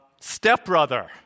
stepbrother